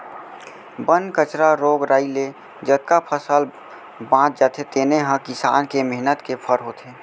बन कचरा, रोग राई ले जतका फसल बाँच जाथे तेने ह किसान के मेहनत के फर होथे